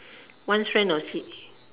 one strand of sea